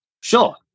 Sure